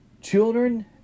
children